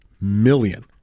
million